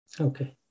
Okay